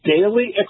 Daily